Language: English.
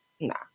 nah